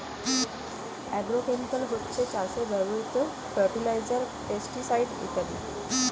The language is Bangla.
অ্যাগ্রোকেমিকাল হচ্ছে চাষে ব্যবহৃত ফার্টিলাইজার, পেস্টিসাইড ইত্যাদি